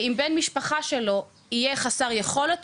ואם בן משפחה שלו יהיה חסר יכולת,